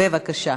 בבקשה.